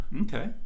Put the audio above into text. Okay